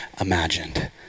imagined